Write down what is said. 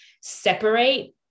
separate